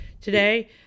today